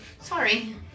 Sorry